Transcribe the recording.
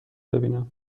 ببینم